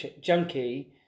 junkie